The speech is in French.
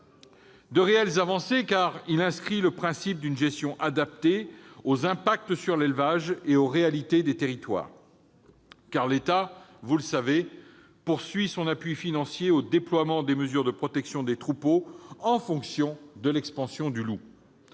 de réelles avancées. En effet, il inscrit le principe d'une gestion adaptée aux impacts sur l'élevage et aux réalités des territoires. En outre, l'État poursuit son appui financier au déploiement des mesures de protection des troupeaux en fonction de l'expansion du loup.